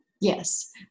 Yes